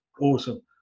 awesome